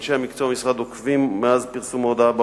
אנשי המקצוע במשרד עוקבים מאז פרסום ההודעה ברשת,